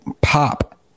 pop